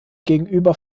gegenüber